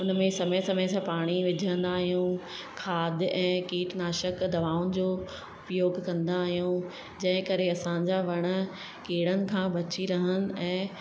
उन में समय समय सां पाणी विझंदा आहियूं खाद ऐं कीटनाशक दवाउनि जो उपयोग कंदा आहियूं जंहिं करे असांजा वण कीड़नि खां बची रहनि ऐं